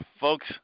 folks